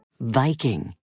Viking